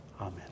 amen